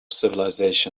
civilization